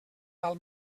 val